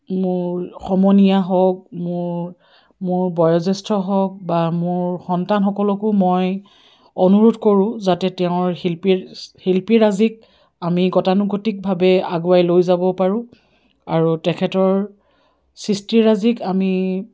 মোৰ সমনীয়া হওক মোৰ মোৰ বয়োজ্যেষ্ঠ হওক বা মোৰ সন্তানসকলকো মই অনুৰোধ কৰোঁ যাতে তেওঁৰ শিল্পীৰ শিল্পীৰাজিক আমি গতানুগতিকভাৱে আগুৱাই লৈ যাব পাৰোঁ আৰু তেখেতৰ সৃষ্টিৰাজিক আমি